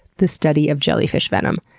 the study of jellyfish venom.